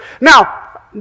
Now